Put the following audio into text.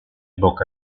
boca